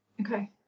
Okay